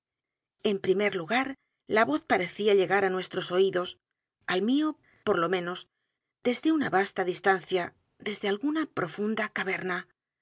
en primer lugar la voz parecía llegar á nuestros oídos al mío por lo menos desde una vasta distancia desde alguna profunda caverna